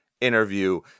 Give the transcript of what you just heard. interview